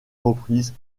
reprises